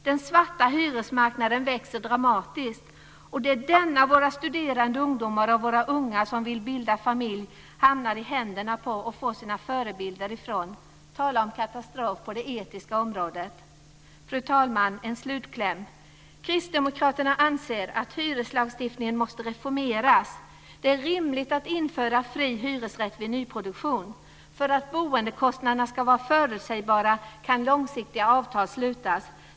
Den svarta hyresmarknaden växer dramatiskt, och det är denna som våra studerande ungdomar och våra unga som vill bilda familj hamnar i händerna på och får sina förebilder från. Tala om katastrof på det etiska området! Fru talman, en slutkläm: Kristdemokraterna anser att hyreslagstiftningen måste reformeras. Det är rimligt att införa fri hyresrätt vid nyproduktion. För att boendekostnaderna ska vara förutsägbara kan långsiktiga avtal slutas.